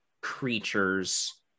creatures